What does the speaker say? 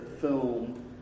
film